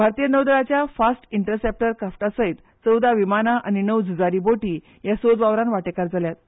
भारतीय नौदळाच्या fast interceptor क्राफ्टासयत चौदा विमाना आनी णव झुजारी बोटी या सोद वावरान वांटेकार जाल्यात